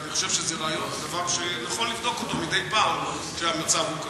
אני חושב שזה דבר שנכון לבדוק אותו מדי פעם כשהמצב הוא כזה.